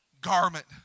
garment